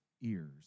ears